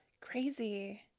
Crazy